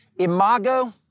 imago